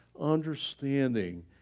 understanding